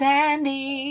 Sandy